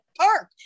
park